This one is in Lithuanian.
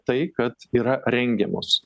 tai kad yra rengiamos